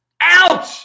Ouch